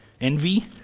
envy